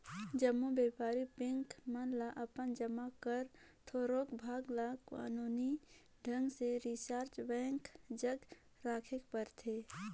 जम्मो बयपारिक बेंक मन ल अपन जमा कर थोरोक भाग ल कानूनी ढंग ले रिजर्व बेंक जग राखेक परथे